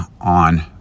on